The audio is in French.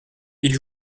ils